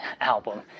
album